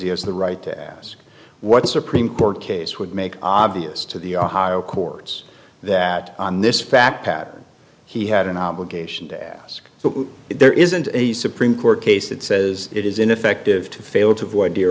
he has the right to ask what supreme court case would make obvious to the ohio courts that on this fact pattern he had an obligation to ask but there isn't a supreme court case that says it is ineffective to fail to avoid